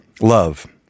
Love